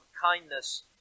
kindness